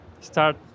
start